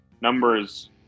numbers –